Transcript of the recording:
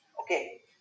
okay